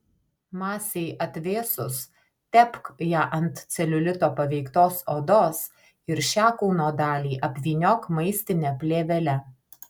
masei atvėsus tepk ją ant celiulito paveiktos odos ir šią kūno dalį apvyniok maistine plėvele